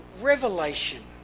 revelation